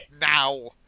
Now